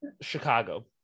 Chicago